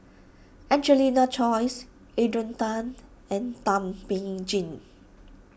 Angelina Choy Adrian Tan and Thum Ping Tjin